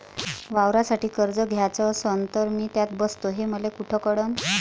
वावरासाठी कर्ज घ्याचं असन तर मी त्यात बसतो हे मले कुठ कळन?